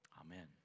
Amen